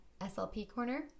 slpcorner